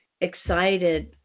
excited